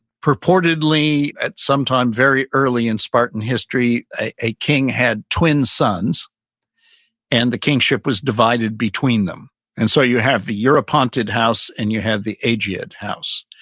purportedly at some time, very early in spartan history, a king had twin sons and the kingship was divided between them and so you have the uaponted house and you have the ageid house.